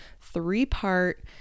three-part